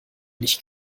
nicht